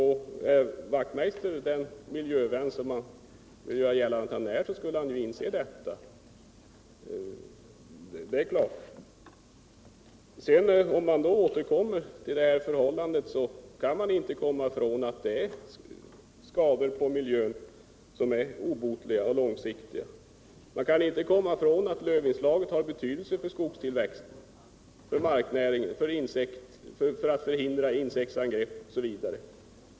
Hans Wachtmeister skulle inse detta som den miljövän han vill göra gällande att han är. Man kan inte komma ifrån att kemisk bekämpning åstadkommer obotliga och långsiktiga skador på miljön. Man kan inte heller komma ifrån att lövinslaget har betydelse för skogstillväxten, för marknäringen, för att förhindra insektsangrepp osv.